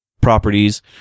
properties